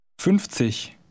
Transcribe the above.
Fünfzig